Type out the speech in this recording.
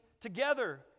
together